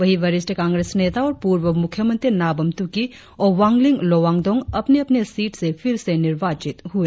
वहीं वरिष्ठ कांग्रेस नेता और पूर्व मुख्यमंत्री नाबाम तुकी और वांगलिंग लोवांगडोंग अपने अपने सीट से फिर से निर्वाचित हुए